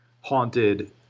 haunted –